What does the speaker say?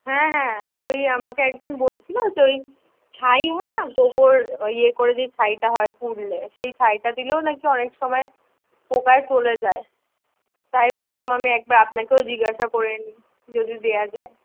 হ্যাঁ হ্যাঁ ওই আমাকে একজন বলছিলো যে ওই ছাই হয় না গোবর ওই ইয়ে করে যে ছাইটা হয় পুড়লে সেই ছাইটা দিলেও না কি অনেক সময় পোকায় চলে যায় তাই ভাবলাম আমি একবার আপনাকেও জিজ্ঞাসা করে নিই যদি দেওয়া যায়